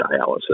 dialysis